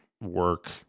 Work